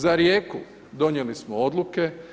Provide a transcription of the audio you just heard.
Za Rijeku, donijeli smo odluke.